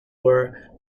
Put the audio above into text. were